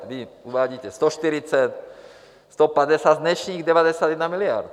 Vy uvádíte 140, 150, z dnešních 91 miliard.